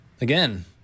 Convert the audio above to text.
again